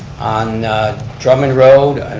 on drummond road,